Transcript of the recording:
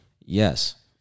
Yes